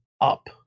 up